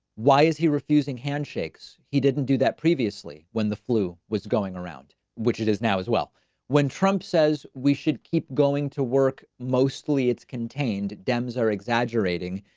why is he refusing handshakes? he didn't do that previously, when the flu was going around which it is now, as well when trump says we should keep going to work. mostly it's contained dems are exaggerating.